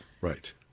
Right